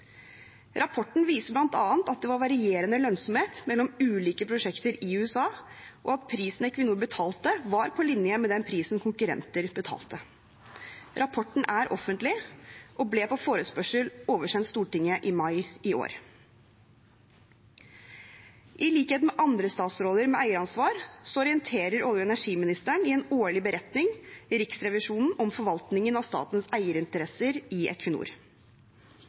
Rapporten viste bl.a. at det var varierende lønnsomhet mellom ulike prosjekter i USA, og at prisen Equinor betalte, var på linje med den prisen konkurrenter betalte. Rapporten er offentlig og ble på forespørsel oversendt Stortinget i mai i år. I likhet med andre statsråder med eieransvar orienterer olje- og energiministeren i en årlig beretning Riksrevisjonen om forvaltningen av statens eierinteresser i